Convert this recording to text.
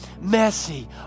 messy